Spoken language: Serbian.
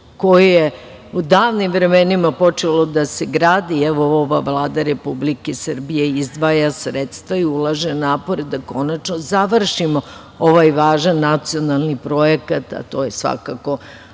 koje je u davnim vremenima počelo da se gradi. Ova Vlada Republike Srbije izdvaja sredstva i ulaže napore da konačno završimo ovaj važan nacionalni projekat, a to je svakako